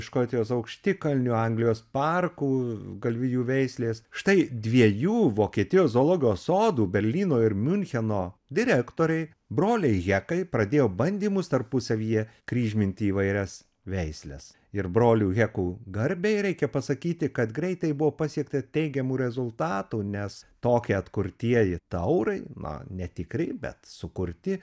škotijos aukštikalnių anglijos parkų galvijų veislės štai dviejų vokietijos zoologijos sodų berlyno ir miuncheno direktoriai broliai hekai pradėjo bandymus tarpusavyje kryžminti įvairias veisles ir brolių hekų garbei reikia pasakyti kad greitai buvo pasiekta teigiamų rezultatų nes tokie atkurtieji taurai na netikri bet sukurti